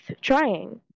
trying